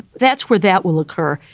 that's where that will occur.